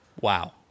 Wow